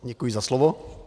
Děkuji za slovo.